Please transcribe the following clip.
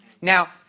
Now